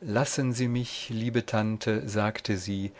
lassen sie mich liebe tante sagte sie